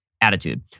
attitude